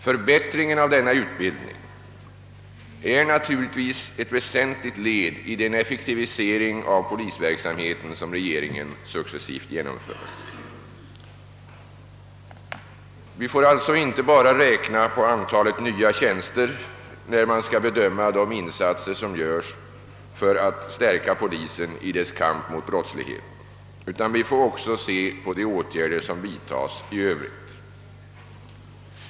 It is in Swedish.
Förbättringen av ufbildningen är naturligtvis ett väsentligt led i den effektivisering av polisverksamheten som regeringen successivt genomför. Vi får alltså inte bara räkna antalet nya tjänster när vi skall bedöma de insatser som görs för att stärka polisen i dess kamp mot brottsligheten, utan vi måste också se till de åtgärder som vidtas i övrigt.